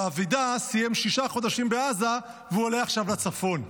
ואבידע סיים שישה חודשים בעזה והוא עלה עכשיו לצפון.